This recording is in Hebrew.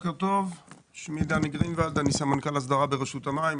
אני סמנכ"ל הסדרה ברשות המים.